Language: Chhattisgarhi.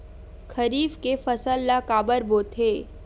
खरीफ के फसल ला काबर बोथे?